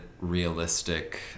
realistic